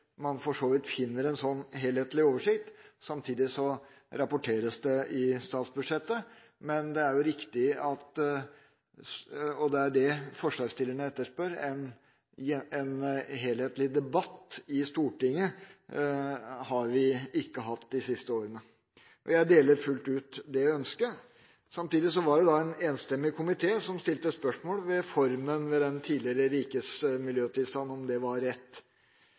man for så vidt finner en slik helhetlig oversikt. Samtidig rapporteres det i statsbudsjettet. Men det er riktig, og det er det forslagsstillerne etterspør, at vi ikke har hatt en helhetlig debatt i Stortinget de siste årene. Jeg deler fullt ut det ønsket. Samtidig var det en enstemmig komité som stilte spørsmål ved formen ved den tidligere rikets miljøtilstand, om den var rett.